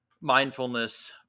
mindfulness